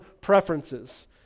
preferences